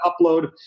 upload